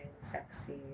Sexy